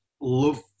love